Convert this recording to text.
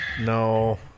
No